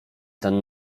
ten